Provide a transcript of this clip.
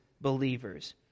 believers